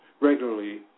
regularly